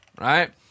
right